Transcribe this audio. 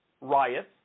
riots